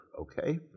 okay